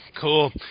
Cool